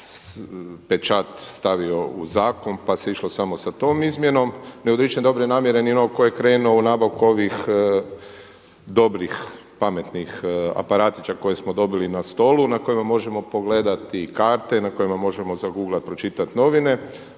za pečat stavio u zakon pa se išlo samo sa tom izmjenom. Ne odričem dobre namjere ni onoga tko je krenuo u nabavku ovih dobrih pametnih aparatića koje smo dobili na stolu na kojemu možemo pogledati karte, na kojima možemo zaguglat, pročitat novine,